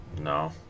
No